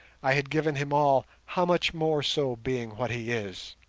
i had given him all, how much more so being what he is